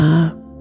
up